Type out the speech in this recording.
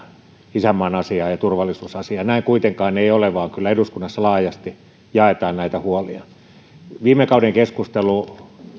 isänmaan asiaa ja turvallisuusasiaa halutaan hurjasti omistaa näin kuitenkaan ei ole vaan kyllä eduskunnassa laajasti jaetaan näitä huolia myös viime kauden keskustelu